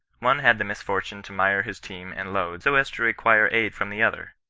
one had the misfortune to mire his team and load so as to require aid from the other.